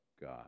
God